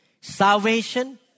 salvation